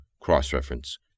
Cross-reference